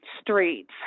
streets